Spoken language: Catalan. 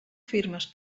firmes